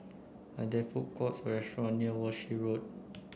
are there food courts or restaurant near Walshe Road